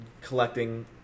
collecting